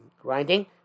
grinding